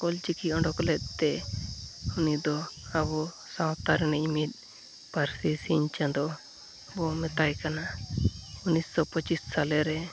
ᱚᱞ ᱪᱤᱠᱤ ᱚᱰᱳᱠᱞᱮᱫᱛᱮ ᱩᱱᱤᱫᱚ ᱟᱵᱚ ᱥᱟᱶᱛᱟᱨᱤᱱᱤᱡ ᱢᱤᱫ ᱯᱟᱹᱨᱥᱤ ᱥᱤᱧ ᱪᱟᱸᱫᱳ ᱵᱚ ᱢᱮᱛᱟᱭ ᱠᱟᱱᱟ ᱩᱱᱤᱥᱥᱚ ᱯᱚᱪᱤᱥ ᱥᱟᱞᱮᱨᱮ